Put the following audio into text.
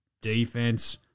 defense